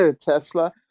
Tesla